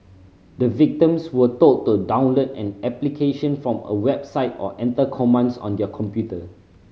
the victims were told to download an application from a website or enter commands on their computer